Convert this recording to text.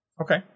Okay